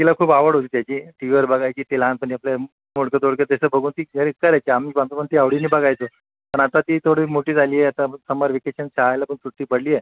तिला खूप आवड होती त्याची टी वीवर बघायची ती लहानपणी आपलं मोडकंतोडकं तसं बघून ती घरीच करायची आम्ही आमचं पण ते आवडीने बघायचो पण आता ती थोडी मोठी झाली आहे आता समर वेकेशन शाळेला पण सुटी पडली आहे